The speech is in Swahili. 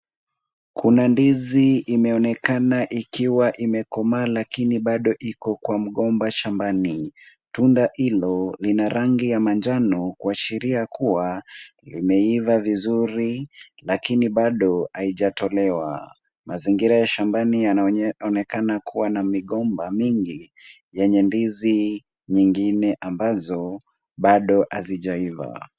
Kuna ndizi imeonekana ikiwa imekomaa lakini bado iko kwa mgomba shambani. Tunda hilo lina rangi ya manjano kuashiria kuwa limeiva vizuri lakini bado haijatolewa. Mazingira ya shambani yanaonekana kuwa na migomba mingi yenye ndizi nyingine ambazo bado hazijaiva.